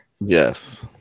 Yes